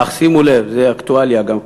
אך שימו לב, זו אקטואליה גם כן,